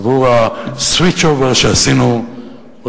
עבור ה-switch-over שעשינו בראש,